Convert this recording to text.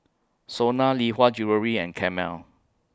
Sona Lee Hwa Jewellery and Camel